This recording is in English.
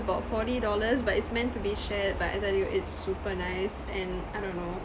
about forty dollars but it's meant to be shared but I tell you it's super nice and I don't know